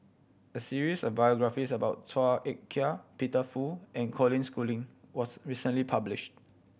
a series of biographies about Chua Ek Kay Peter Fu and Colin Schooling was recently published